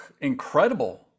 incredible